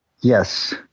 Yes